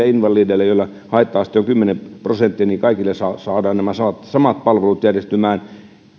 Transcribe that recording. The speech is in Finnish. invalideille kun haitta aste on kymmenen prosenttia kaikille saadaan nämä samat samat palvelut järjestymään